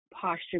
posture